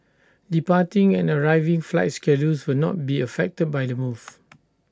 departing and arriving flight schedules will not be affected by the move